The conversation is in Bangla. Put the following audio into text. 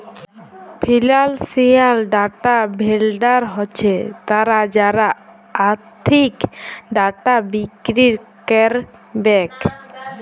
ফিলালসিয়াল ডাটা ভেলডার হছে তারা যারা আথ্থিক ডাটা বিক্কিরি ক্যারবেক